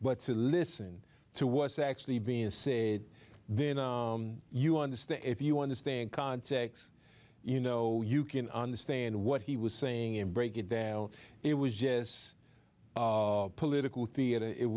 but to listen to what's actually being a say then you understand if you understand context you know you can understand what he was saying and break it down it was just political theater it